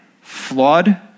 flawed